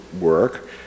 work